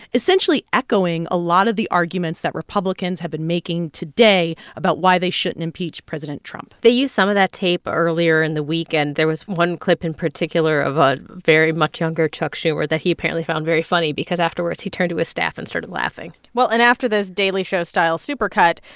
essentially echoing a lot of the arguments that republicans have been making today about why they shouldn't impeach president trump they used some of that tape earlier in the week, and there was one clip in particular of a very much younger chuck schumer that he apparently found very funny because afterwards, he turned to his staff and started laughing well, and after this daily show-style super cut,